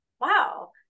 wow